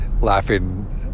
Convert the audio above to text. laughing